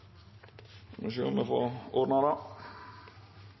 nå å få